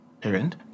parent